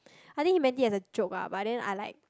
I think he meant it as a joke ah but then I like